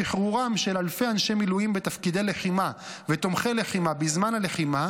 שחרורם של אלפי אנשי מילואים בתפקידי לחימה ותומכי לחימה בזמן הלחימה